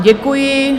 Děkuji.